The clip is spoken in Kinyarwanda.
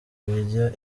bijya